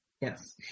Yes